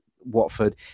Watford